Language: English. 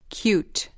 cute